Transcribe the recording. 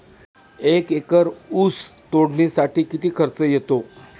एक एकर ऊस तोडणीसाठी किती खर्च येतो?